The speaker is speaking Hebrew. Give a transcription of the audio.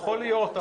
יכול להיות.